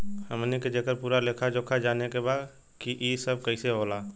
हमनी के जेकर पूरा लेखा जोखा जाने के बा की ई सब कैसे होला?